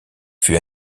fut